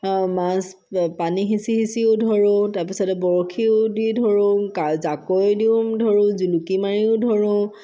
মাছ পানী সিঁচিও ধৰোঁ তাৰপাছতে বৰশীও দি ধৰোঁ জাকৈ দিও ধৰোঁ তাৰপিছত জুলুকি মাৰিও ধৰোঁ